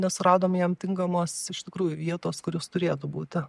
nesuradom jam tinkamos iš tikrųjų vietos kur jis turėtų būti